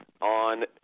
on